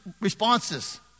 responses